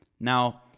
Now